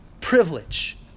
Privilege